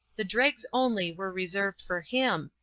the dregs only were reserved for him,